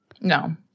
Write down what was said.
No